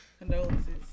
Condolences